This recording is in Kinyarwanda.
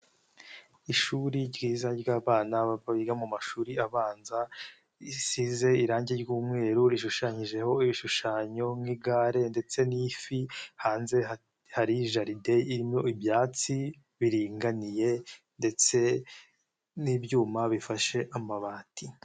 Ishuri ryiza ry'abana biga mu mashuri abanza, risize irangi ry'umweru, rishushanyijeho ibishushanyo nk'igare ndetse n'ifi, hanze hari jaride irimo ibyatsi biringaniye ndetse n'ibyuma bifashe amabati.